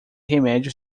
remédios